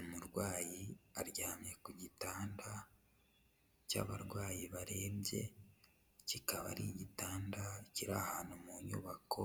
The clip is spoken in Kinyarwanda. Umurwayi aryamye ku gitanda cy'abarwayi barembye, kikaba ari igitanda kiri ahantu mu nyubako